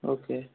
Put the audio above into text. okay